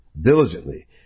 diligently